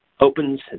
opens